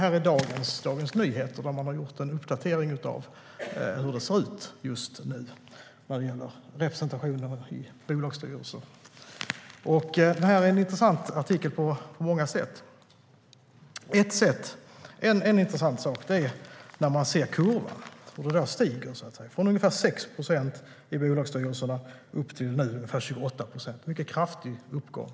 I Dagens Nyheter har man i dag gjort en uppdatering av hur det ser ut just nu när det gäller representationen i bolagsstyrelser. Det är en intressant artikel på många sätt. En intressant sak är att kurvan stigit från ungefär 6 procent i bolagsstyrelserna upp till ungefär 28 procent. Det är en mycket kraftig uppgång.